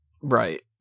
Right